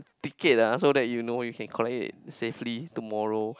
ticket ah so that you know you can collect it safely tomorrow